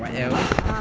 what else